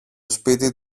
σπίτι